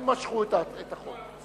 הם משכו את החוק.